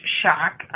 shock